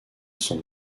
son